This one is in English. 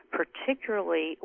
particularly